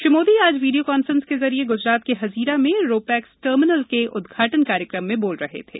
श्री मोदी आज video conference के जरिए गुजरात के हजीरा में रो पैक्सं टर्मिनल के उद्घाटन कार्यक्रम में बोल रहे थे